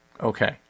okay